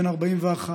בן 41,